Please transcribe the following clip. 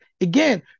Again